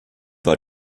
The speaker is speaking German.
war